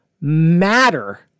matter